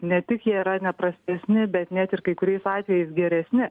ne tik jie yra ne prastesni bet net ir kai kuriais atvejais geresni